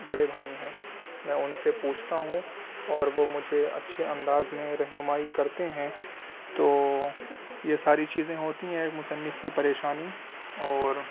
بڑے بھائی ہیں میں ان سے پوچھتا ہوں اور وہ مجھے اچھے انداز میں رہنمائی کرتے ہیں تو یہ ساری چیزیں ہوتی ہیں مصنف کی پریشانی اور